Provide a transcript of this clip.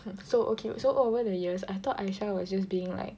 so okay so over the years I thought Aisyah was just being like